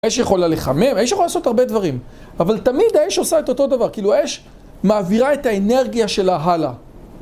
האש יכולה לחמם, האש יכולה לעשות הרבה דברים אבל תמיד האש עושה את אותו דבר כאילו האש מעבירה את האנרגיה שלה הלאה